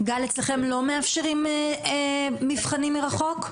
גל, אצלכם לא מאפשרים מבחנים מרחוק?